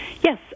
Yes